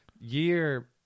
year